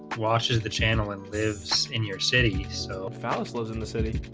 watches the channel and lives in your city so palace lives in the city,